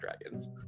dragons